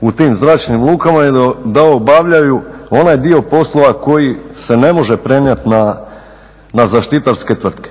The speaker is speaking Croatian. u tim zračnim lukama i da obavljaju onaj dio poslova koji se ne može prenijeti na zaštitarske tvrtke.